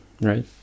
right